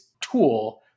tool